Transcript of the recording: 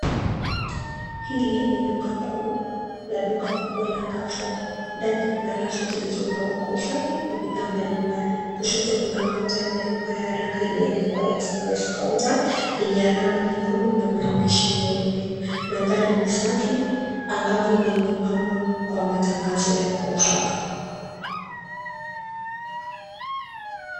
Hili ni duka kuu la duka kubwa la Carrefour . Ndani kuna rafu zilizopangwa kwa usafi na bidhaa mbali mbali . Kushoto kuna counter ya malipo ya haraka ilioandikwa Express Counter yenye alama nyekundu na maandishi meupe. Mandhari ni safi, angavu na imepambwa kwa matangazo ya offer .